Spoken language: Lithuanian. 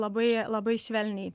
labai labai švelniai